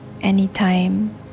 anytime